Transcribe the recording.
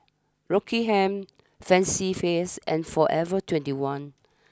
Rockingham Fancy Feast and forever twenty one